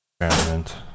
experiment